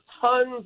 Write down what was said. tons